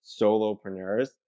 solopreneurs